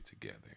together